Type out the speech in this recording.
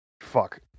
fuck